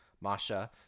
Masha